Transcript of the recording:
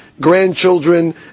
grandchildren